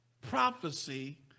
prophecy